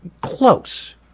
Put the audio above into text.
close